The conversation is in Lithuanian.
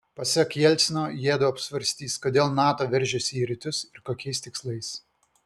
pasak jelcino jiedu apsvarstys kodėl nato veržiasi į rytus ir kokiais tikslais